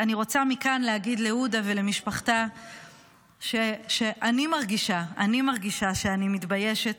אני רוצה מכאן להגיד להודא ולמשפחתה שאני מרגישה שאני מתביישת